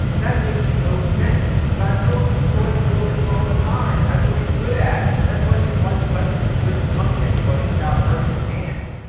that makes no sense! godzilla destroys buildings all the time! that's what he's good at! that's like if mike tyson couldn't punch anybody without hurting his hand.